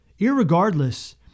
irregardless